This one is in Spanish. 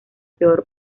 peor